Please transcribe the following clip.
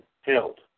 held